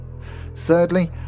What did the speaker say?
Thirdly